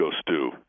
Stew